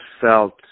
felt